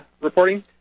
reporting